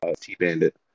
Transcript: T-Bandit